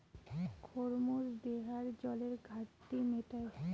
খরমুজ দেহার জলের ঘাটতি মেটায়